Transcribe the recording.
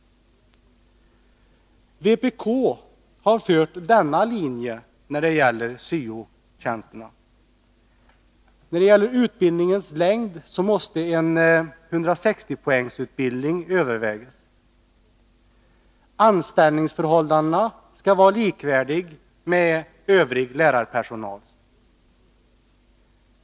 Vpk har drivit denna linje när det gäller syo-tjänsterna. När det gäller utbildningens längd måste 160 poängs utbildning övervägas. Anställningsförhållandena skall vara likvärdiga med övrig lärarpersonals.